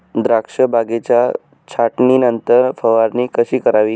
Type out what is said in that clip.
द्राक्ष बागेच्या छाटणीनंतर फवारणी कशी करावी?